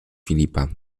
filipa